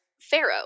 pharaoh